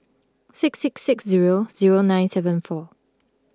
six six six zero zero nine seven four